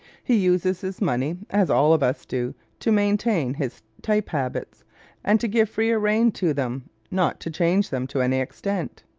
he uses his money, as all of us do, to maintain his type-habits and to give freer rein to them, not to change them to any extent.